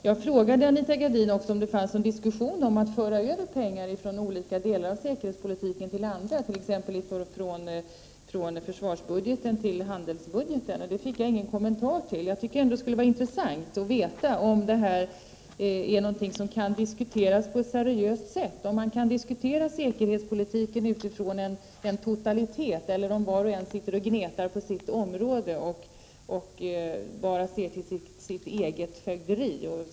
Jag frågade också Anita Gradin om det pågår någon diskussion om att föra över pengar från olika delar av säkerhetspolitiken till andra, t.ex. från försvarsbudgeten till handelsbudgeten. Det fick jag ingen kommentar till. Jag tycker ändå att det skulle vara intressant att veta om man på ett seriöst sätt kan diskutera säkerhetspolitiken utifrån en totalitet, eller om var och en sitter och gnetar på sitt område och bara ser till sitt eget fögderi.